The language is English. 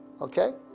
okay